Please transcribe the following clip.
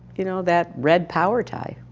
you know, that red power tie.